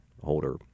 holder